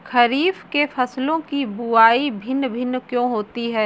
खरीफ के फसलों की बुवाई भिन्न भिन्न क्यों होती है?